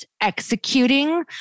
executing